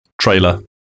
trailer